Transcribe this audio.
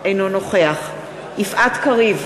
אינו נוכח יפעת קריב,